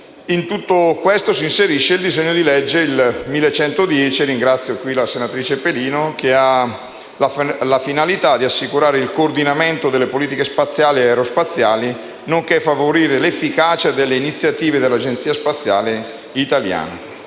In tutto questo si inserisce il disegno di legge n. 1110 - ringrazio la senatrice Pelino qui presente - che ha la finalità di assicurare il coordinamento delle politiche spaziali ed aerospaziali, nonché di favorire l'efficacia delle iniziative dell'Agenzia spaziale italiana.